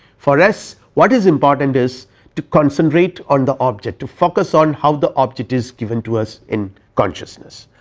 for us what is important is to concentrate on the object to focus on how the object is given to us in consciousness.